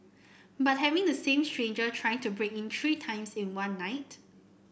but having the same stranger trying to break in three times in one night